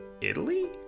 Italy